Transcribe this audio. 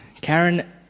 Karen